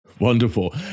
Wonderful